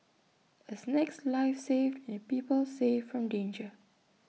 A snake's life saved and people saved from danger